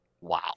wow